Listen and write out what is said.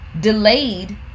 delayed